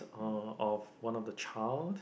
uh of one of the child